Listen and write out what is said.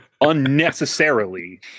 unnecessarily